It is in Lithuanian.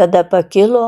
tada pakilo